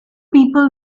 people